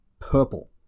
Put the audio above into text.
purple